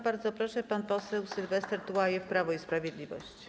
Bardzo proszę, pan poseł Sylwester Tułajew, Prawo i Sprawiedliwość.